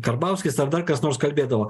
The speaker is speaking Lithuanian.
karbauskis ar dar kas nors kalbėdavo